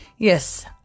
Yes